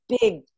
big